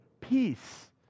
peace